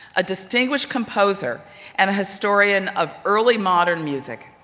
a distinguished composer and a historian of early-modern music,